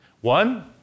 One